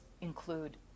include